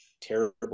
terrible